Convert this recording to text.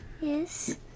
Yes